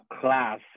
class